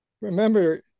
remember